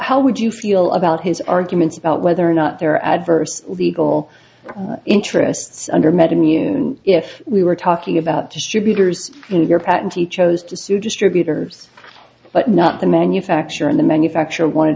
how would you feel about his arguments about whether or not there are adverse legal interests under met him you know if we were talking about distributors in your patent he chose to sue distributors but not the manufacturer and the manufacturer wanted